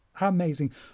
Amazing